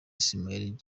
ismaila